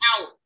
out